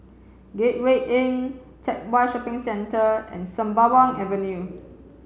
Gateway Inn Teck Whye Shopping Centre and Sembawang Avenue